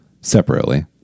separately